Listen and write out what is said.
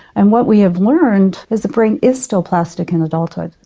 and what we have learned is the brain is still plastic in adulthood.